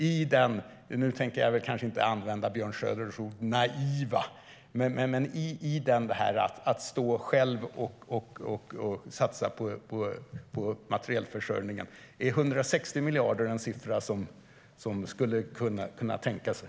Jag tänker väl kanske inte använda Björn Söders ord och tala om "naivt" men när det gäller att stå själv och satsa på materielförsörjningen, är då 160 miljarder en siffra som han skulle kunna tänka sig?